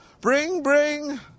bring-bring